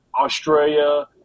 Australia